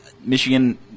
Michigan